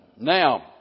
Now